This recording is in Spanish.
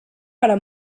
para